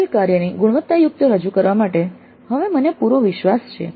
આપેલ કાર્યની ગુણવત્તાયુક્ત રજૂઆત કરવા માટે હવે મને પૂરો વિશ્વાસ છે